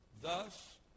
Thus